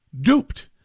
Duped